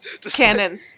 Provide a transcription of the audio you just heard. canon